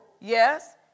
Yes